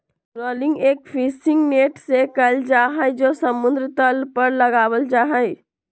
trawling एक fishing net से कइल जाहई जो समुद्र तल पर लगावल जाहई